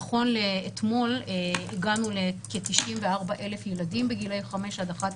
נכון לאתמול הגענו לכ-94 אלף ילדים בגילי 5 עד 11